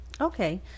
Okay